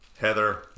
Heather